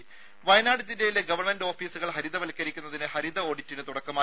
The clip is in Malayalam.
ദ്ദേ വയനാട് ജില്ലയിലെ ഗവൺമെന്റ് ഓഫീസുകൾ ഹരിതവത്ക്കരിക്കുന്നതിന് ഹരിത ഓഡിറ്റിന് തുടക്കമായി